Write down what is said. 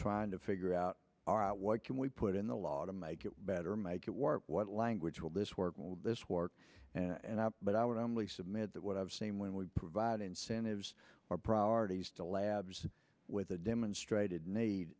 trying to figure out what can we put in the law to make it better make it work what language will this work will this work and i but i would only submit that what i've seen when we provide incentives or priorities to labs with a demonstrated need